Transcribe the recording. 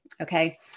Okay